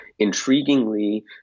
intriguingly